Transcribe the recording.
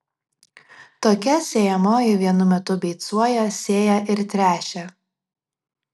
tokia sėjamoji vienu metu beicuoja sėja ir tręšia